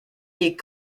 est